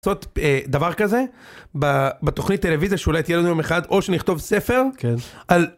דבר כזה בתוכנית טלוויזיה שאולי תהיה לנו יום אחד או שנכתוב ספר.